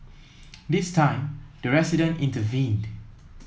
this time the resident intervened